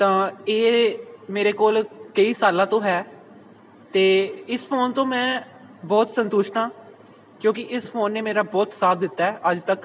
ਤਾਂ ਇਹ ਮੇਰੇ ਕੋਲ ਕਈ ਸਾਲਾਂ ਤੋਂ ਹੈ ਅਤੇ ਇਸ ਫੋਨ ਤੋਂ ਮੈਂ ਬਹੁਤ ਸੰਤੁਸ਼ਟ ਹਾਂ ਕਿਉਂਕਿ ਇਸ ਫੋਨ ਨੇ ਮੇਰਾ ਬਹੁਤ ਸਾਥ ਦਿੱਤਾ ਅੱਜ ਤੱਕ